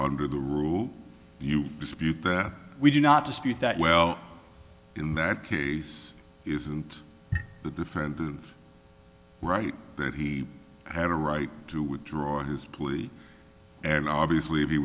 under the rule you dispute that we do not dispute that well in that case isn't the defendant's right that he had a right to withdraw his plea and obviously